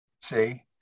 See